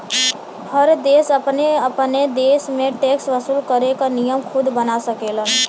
हर देश अपने अपने देश में टैक्स वसूल करे क नियम खुद बना सकेलन